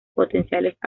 potenciales